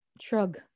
Shrug